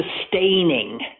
sustaining